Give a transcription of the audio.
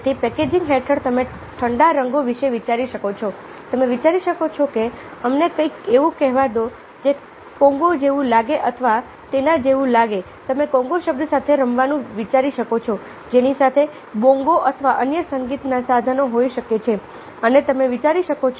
તેથી પેકેજિંગ હેઠળ તમે ઠંડા રંગો વિશે વિચારી શકો છો તમે વિચારી શકો છો કે અમને કંઈક એવું કહેવા દો જે કોંગો જેવું લાગે અથવા તેના જેવું લાગે તમે કોંગો શબ્દ સાથે રમવાનું વિચારી શકો છો જેની સાથે બોંગો અથવા અન્ય સંગીતનાં સાધનો હોઈ શકે છે અને તમે વિચારી શકો છો